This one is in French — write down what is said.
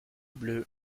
bleus